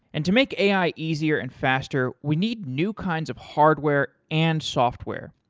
and to make ai easier and faster, we need new kinds of hardware and software,